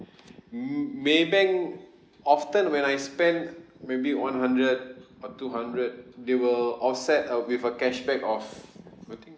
m~ maybank often when I spend maybe one hundred or two hundred they will offset uh with a cashback of I think